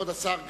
כבוד השר,